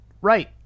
right